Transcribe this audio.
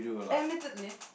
admittedly